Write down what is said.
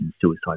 suicide